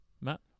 Matt